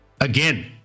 again